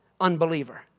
unbeliever